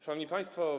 Szanowni Państwo!